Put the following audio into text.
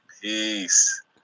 Peace